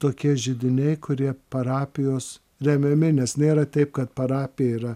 tokie židiniai kurie parapijos remiami nes nėra taip kad parapija yra